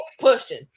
pushing